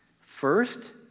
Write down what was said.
First